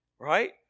right